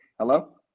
Hello